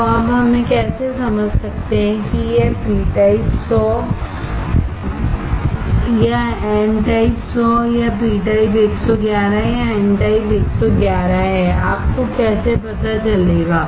तो अब हम कैसे समझ सकते हैं कि यह पी टाइप 100 या एन टाइप 100 या पी टाइप 111 या एन टाइप 111 है आपको कैसे पता चलेगा